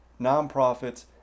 nonprofits